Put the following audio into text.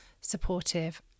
supportive